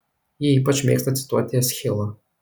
ji ypač mėgsta cituoti eschilą